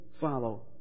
follow